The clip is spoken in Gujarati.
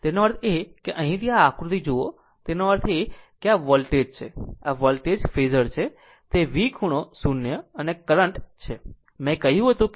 તેનો અર્થ એ કે અહીંથી આ આકૃતિ જોવો તેનો અર્થ એ કે આ વોલ્ટેજ છે આ વોલ્ટેજ ફેઝર છે તે V ખૂણો 0 અને કરંટ છે મેં કહ્યું હતું કે તે અહીં હશે